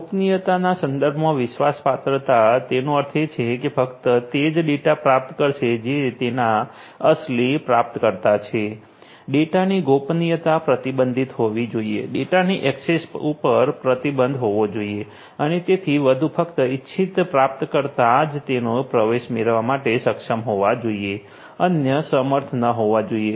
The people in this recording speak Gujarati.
ગોપનીયતાના સંદર્ભમાં વિશ્વાસપાત્રતા તેનો અર્થ એ કે ફક્ત તે જ ડેટા પ્રાપ્ત કરશે જે તેના અસલી પ્રાપ્તકર્તાઓ છે ડેટાની ગોપનીયતા પ્રતિબંધિત હોવી જોઈએ ડેટાની ઍક્સેસ પર પ્રતિબંધ હોવો જોઈએ અને તેથી વધુ ફક્ત ઇચ્છિત પ્રાપ્તકર્તાઓ જ તેમાં પ્રવેશ મેળવવા માટે સક્ષમ હોવા જોઈએ અન્ય સમર્થ ન હોવા જોઈએ